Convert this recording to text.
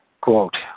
Quote